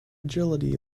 agility